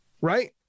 right